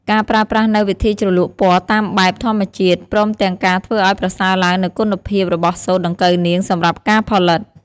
ការប្រើប្រាស់នូវវិធីជ្រលក់ពណ៌តាមបែប ធម្មជាតិព្រមទាំងការធ្វើឱ្យប្រសើរឡើងនូវគុណភាពរបស់សូត្រដង្កូវនាងសម្រាប់ការផលិត។